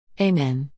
Amen